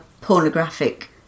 pornographic